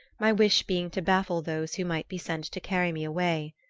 my wish being to baffle those who might be sent to carry me away.